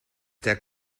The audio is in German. der